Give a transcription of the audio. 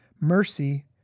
Mercy